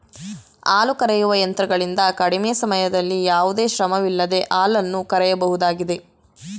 ಹಾಲು ಕರೆಯುವ ಯಂತ್ರಗಳಿಂದ ಕಡಿಮೆ ಸಮಯದಲ್ಲಿ ಯಾವುದೇ ಶ್ರಮವಿಲ್ಲದೆ ಹಾಲನ್ನು ಕರೆಯಬಹುದಾಗಿದೆ